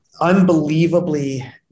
unbelievably